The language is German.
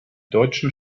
deutschen